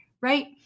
right